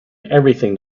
everything